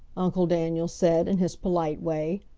uncle daniel said, in his polite way.